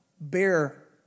bear